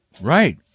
Right